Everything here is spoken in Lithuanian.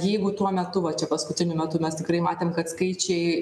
jeigu tuo metu va čia paskutiniu metu mes tikrai matėm kad skaičiai